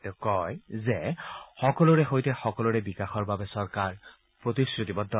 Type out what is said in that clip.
তেওঁ কয় যে সকলোৰে সৈতে সকলোৰে বিকাশৰ বাবে চৰকাৰ প্ৰতিশ্ৰতিবদ্ধ